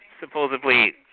supposedly –